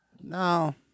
No